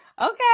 Okay